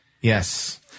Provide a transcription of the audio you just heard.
Yes